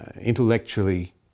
intellectually